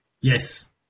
Yes